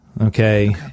Okay